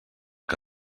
que